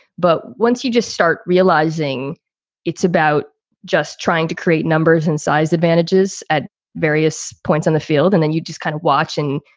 but once you just start realizing it's about just trying to create numbers and size advantages at various points on the field, and then you just kind of watching.